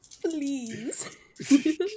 please